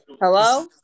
Hello